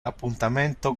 appuntamento